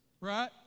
right